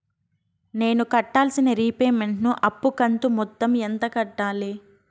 నేను కట్టాల్సిన రీపేమెంట్ ను అప్పు కంతు మొత్తం ఎంత కట్టాలి?